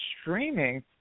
streaming